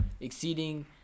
exceeding